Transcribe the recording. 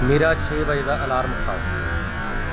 ਮੇਰਾ ਛੇ ਵਜੇ ਦਾ ਅਲਾਰਮ ਹਟਾਓ